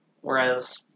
whereas